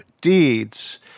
deeds